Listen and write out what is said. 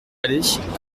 aller